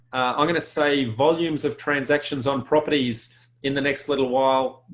i'm gonna say volumes of transactions on properties in the next little while,